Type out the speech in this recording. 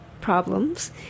problems